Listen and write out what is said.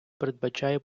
передбачає